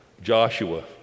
Joshua